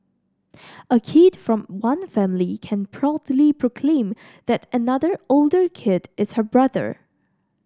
a kid from one family can proudly proclaim that another older kid is her brother